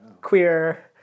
queer